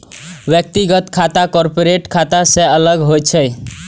व्यक्तिगत खाता कॉरपोरेट खाता सं अलग होइ छै